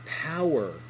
power